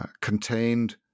contained